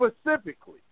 specifically